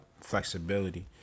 flexibility